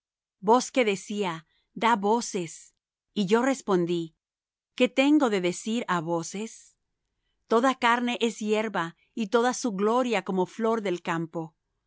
voz que decía da voces y yo respondí qué tengo de decir á voces toda carne es hierba y toda su gloria como flor del campo